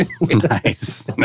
nice